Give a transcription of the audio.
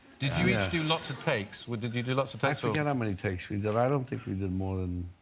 did you do lots of takes? what did you do lots of textbook, and how many takes we do. i don't if we did more than